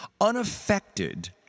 unaffected